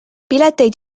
pileteid